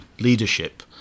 Leadership